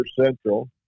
Central